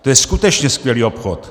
To je skutečně skvělý obchod.